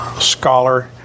scholar